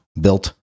built